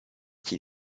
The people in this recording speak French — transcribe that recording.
qui